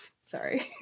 Sorry